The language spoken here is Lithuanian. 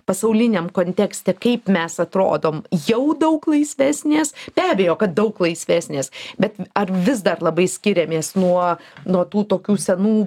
pasauliniam kontekste kaip mes atrodom jau daug laisvesnės be abejo kad daug laisvesnės bet ar vis dar labai skiriamės nuo nuo tų tokių senų